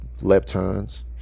leptons